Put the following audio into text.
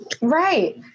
right